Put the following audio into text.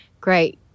great